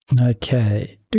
Okay